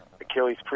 Achilles